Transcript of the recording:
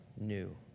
new